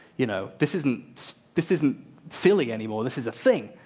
you know this isn't so this isn't silly anymore, this is a thing.